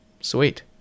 Sweet